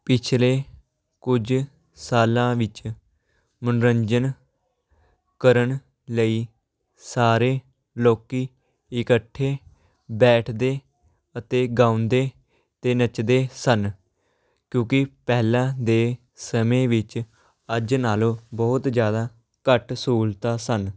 ਪਿੱਛਲੇ ਕੁਝ ਸਾਲਾਂ ਵਿੱਚ ਮਨੋਰੰਜਨ ਕਰਨ ਲਈ ਸਾਰੇ ਲੋਕ ਇਕੱਠੇ ਬੈਠਦੇ ਅਤੇ ਗਾਉਂਦੇ ਅਤੇ ਨੱਚਦੇ ਸਨ ਕਿਉਂਕਿ ਪਹਿਲਾਂ ਦੇ ਸਮੇਂ ਵਿੱਚ ਅੱਜ ਨਾਲੋਂ ਬਹੁਤ ਜ਼ਿਆਦਾ ਘੱਟ ਸਹੂਲਤਾਂ ਸਨ